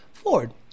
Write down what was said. Ford